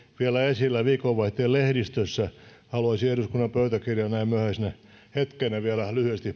vielä esillä viikonvaihteen lehdistössä haluaisin eduskunnan pöytäkirjaan näin myöhäisenä hetkenä vielä lyhyesti